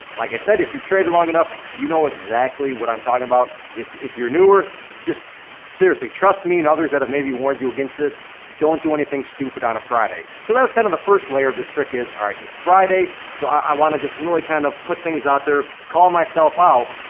like i said, if you've traded long enough, you know exactly what i'm talkin' about. if if you're newer, just seriously, trust me and others that have maybe warned you against this. don't do anything stupid on friday. so that was kind of the first layer of this trick is alright, it's friday, so i wanna just really kind of put things out there, call myself out,